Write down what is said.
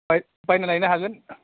बायना लायनो हागोन